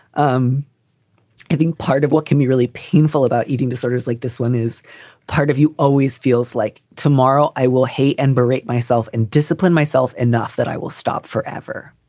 um i think part of what can be really painful about eating disorders like this one is part of you always feels like tomorrow i will hate and berate myself and discipline myself enough that i will stop forever.